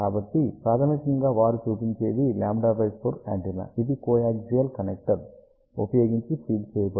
కాబట్టి ప్రాథమికంగా వారు చూపించేది λ4 యాంటెన్నా ఇది కోయాగ్జియల్ కనెక్టర్ ఉపయోగించి ఫీడ్ చేయబడుతుంది